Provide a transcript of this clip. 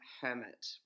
hermit